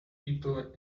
people